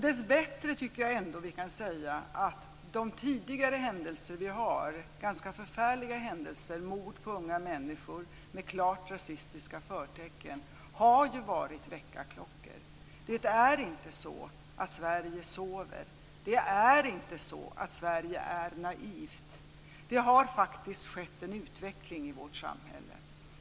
Dessbättre tycker jag ändå att vi kan säga att de tidigare händelserna - ganska förfärliga händelser såsom mord på unga människor med klart rasistiska förtecken - har varit väckarklockor. Det är inte så att Sverige sover. Det är inte så att Sverige är naivt. Det har faktiskt skett en utveckling i vårt samhälle.